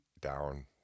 down